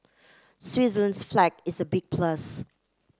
Switzerland's flag is a big plus